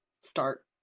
start